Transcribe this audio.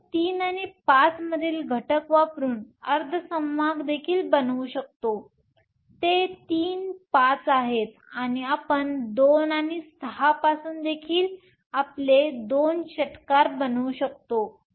आपण 3 आणि 5 मधील घटक वापरून अर्धसंवाहक देखील बनवू शकतो ते तीन पाच आहेत आणि आपण 2 आणि 6 पासून देखील आपले दोन षटकार बनवू शकतो